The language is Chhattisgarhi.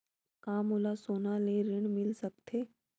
का मोला सोना ले ऋण मिल सकथे?